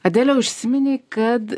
adele užsiminei kad